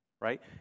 right